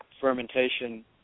fermentation